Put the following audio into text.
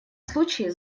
случае